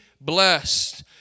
blessed